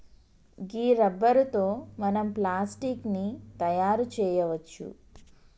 గీ rubber తో మనం plastic ని తయారు చేయవచ్చు